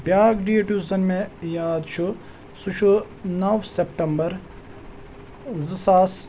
بیٛاکھ ڈیٹ یُس زَن مےٚ یاد چھُ سُہ چھُ نَو سٮ۪پٹَمبَر زٕ ساس